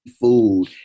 food